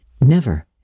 Never